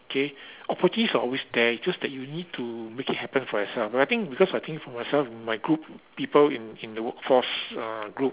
K opportunities are always there it's just that you need to make it happen for yourself but I think because I think for myself and my group people in the in the workforce uh group